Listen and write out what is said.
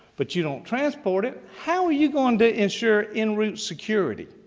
but you don't transport it. how are you going to ensure in route security?